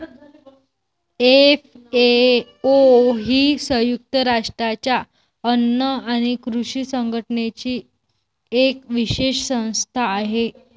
FAO ही संयुक्त राष्ट्रांच्या अन्न आणि कृषी संघटनेची एक विशेष संस्था आहे